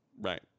right